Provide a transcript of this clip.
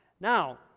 Now